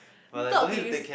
dog is